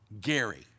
gary